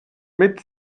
mit